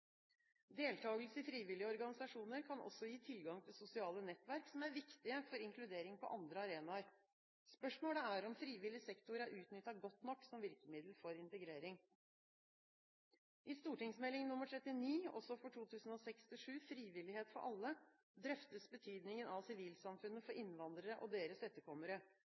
Deltakelse i frivillige organisasjoner kan også gi tilgang til sosiale nettverk som er viktige for inkludering på andre arenaer. Spørsmålet er om frivillig sektor er utnyttet godt nok som virkemiddel for integrering. I St.meld. nr. 39 for 2006–2007 Frivillighet for alle drøftes betydningen av sivilsamfunnet for innvandrere og deres etterkommere.